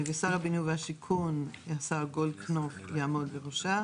ושר הבינוי והשיכון השר גולדקנופ יעמוד בראשה.